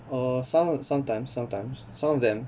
err some sometimes sometimes some of them